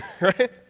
right